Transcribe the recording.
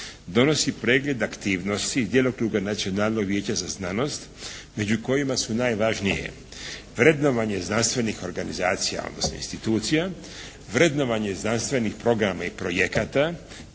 donosi pregled aktivnosti iz djelokruga Nacionalnog vijeća za znanost među kojima su najvažnije vrednovanje znanstvenih organizacija, odnosno institucija, vrednovanje znanstvenih programa i projekata